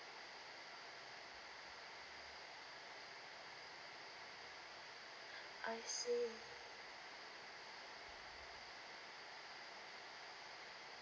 I see